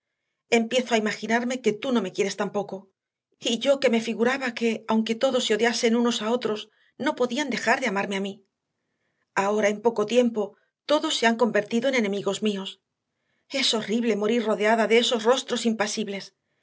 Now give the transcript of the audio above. empiezo a imaginarme que tú no me quieres tampoco y yo que me figuraba que aunque todos se odiasen unos a otros no podían dejar de amarme a mí ahora en poco tiempo todos se han convertido en enemigos míos es horrible morir rodeada de esos rostros impasibles